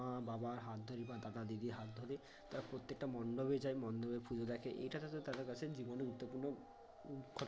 মা বাবার হাত ধরে বা দাদা দিদির হাত ধরে তারা প্রত্যেকটা মণ্ডপে যায় মণ্ডপে পুজো দেখে এটা তারা তাদের কাছে জীবনে গুরুত্বপূর্ণ ঘটনা